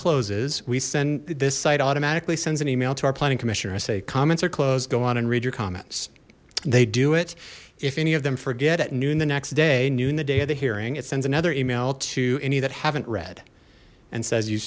encloses we send this site automatically sends an email to our planning commissioners say comments are closed go on and read your comments they do it if any of them forget at noon the next day noon the day of the hearing it sends another email to any that haven't read and says you